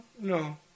no